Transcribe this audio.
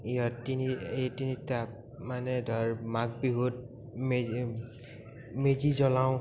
ইহঁত তিনি এই তিনিটা মানে ধৰ মাঘ বিহুত মেজি মেজি জ্বলাওঁ